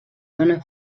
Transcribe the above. dóna